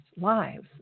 lives